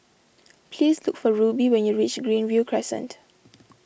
please look for Rubie when you reach Greenview Crescent